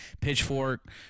Pitchfork